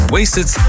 Wasted